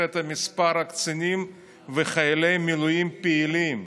את מספר הקצינים וחיילי המילואים הפעילים.